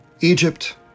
Egypt